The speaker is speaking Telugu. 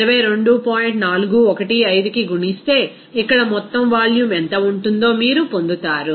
415కి గుణిస్తే ఇక్కడ మొత్తం వాల్యూమ్ ఎంత ఉంటుందో మీరు పొందుతారు